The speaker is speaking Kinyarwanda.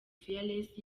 fearless